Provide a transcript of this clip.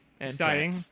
Exciting